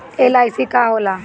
LIC का होला?